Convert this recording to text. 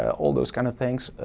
all those kind of things.